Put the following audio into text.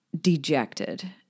dejected